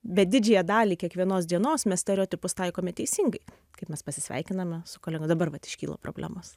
bet didžiąją dalį kiekvienos dienos mes stereotipus taikome teisingai kaip mes pasisveikiname su kolega dabar vat iškyla problemos